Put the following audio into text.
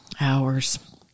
hours